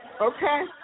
Okay